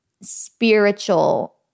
spiritual